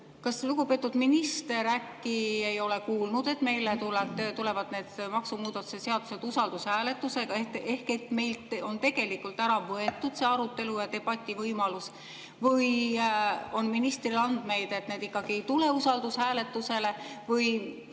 Kas lugupeetud minister äkki ei ole kuulnud, et meile tulevad need maksumuudatuse seadused usaldushääletusega ehk et meilt on tegelikult ära võetud see arutelu‑ ja debativõimalus? Või on ministril andmeid, et need ikkagi ei tule usaldushääletusele?